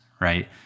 right